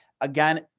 Again